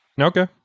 Okay